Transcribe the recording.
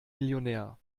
millionär